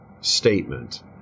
statement